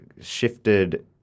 shifted